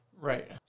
Right